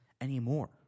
anymore